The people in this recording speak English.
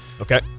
Okay